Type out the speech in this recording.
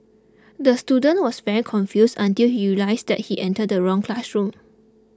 the student was very confused until he realised he entered the wrong classroom